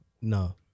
no